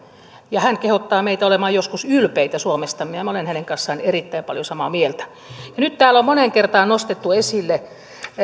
ja hän kehottaa meitä olemaan joskus ylpeitä suomestamme minä olen hänen kanssaan erittäin paljon samaa mieltä nyt täällä on moneen kertaan nostettu esille